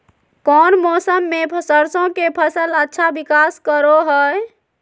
कौन मौसम मैं सरसों के फसल अच्छा विकास करो हय?